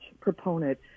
proponent